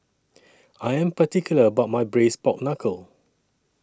I Am particular about My Braised Pork Knuckle